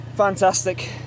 Fantastic